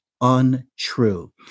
untrue